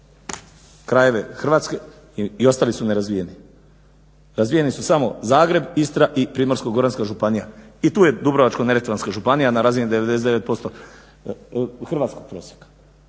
krajeve Hrvatske i ostali su nerazvijeni. Razvijeni su samo Zagreb, Istra i Primorsko-goranska županija i tu je Dubrovačko-neretvanska županija na razini 99% hrvatskog prosjeka.